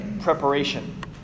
preparation